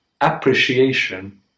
appreciation